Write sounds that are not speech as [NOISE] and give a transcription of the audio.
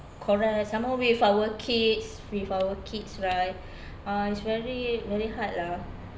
quarrel and some more we have our kids with our kids right [BREATH] ah it's very very hard lah